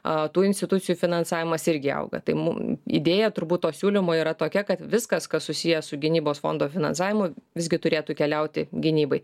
a tų institucijų finansavimas irgi auga tai mum idėja turbūt to siūlymo yra tokia kad viskas kas susiję su gynybos fondo finansavimu visgi turėtų keliauti gynybai